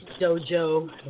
dojo